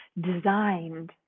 designed